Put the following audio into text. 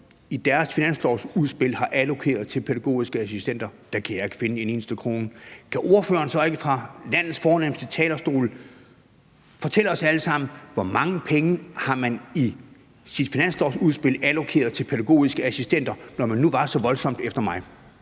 i deres finanslovsudspil har allokeret til pædagogiske assistenter, og der kan jeg ikke finde en eneste krone. Kan ordføreren så ikke fra landets fornemste talerstol fortælle os alle sammen, hvor mange penge man i sit finanslovsudspil har allokeret til pædagogiske assistenter, når man nu var så voldsomt efter mig?